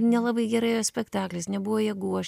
nelabai gerai ėjo spektaklis nebuvo jėgų aš